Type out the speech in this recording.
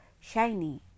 shiny